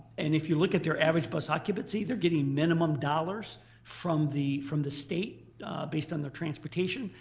and if you look at their average bus occupancy, they're getting minimum dollars from the from the state based on their transportation.